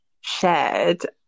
shared